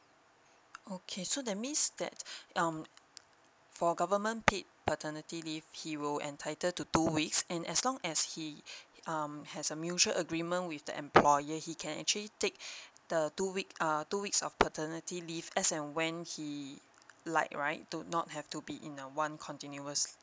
okay so that means that um for government paid paternity leave he will entitled to two weeks and as long as he um has a mutual agreement with the employer he can actually take the two week err two weeks of paternity leave as and when he like right do not have to be in one continuous